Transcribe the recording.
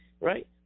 right